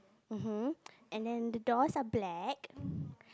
uh huh and then the doors are black